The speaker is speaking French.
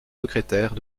secrétaire